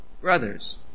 brothers